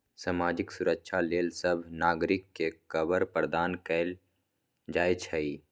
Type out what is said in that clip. सामाजिक सुरक्षा लेल सभ नागरिक के कवर प्रदान कएल जाइ छइ